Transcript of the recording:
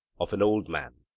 of an old man,